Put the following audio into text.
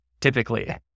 typically